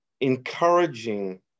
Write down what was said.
encouraging